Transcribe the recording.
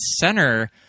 center